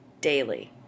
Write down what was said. daily